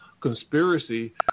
conspiracy